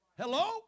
Hello